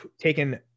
taken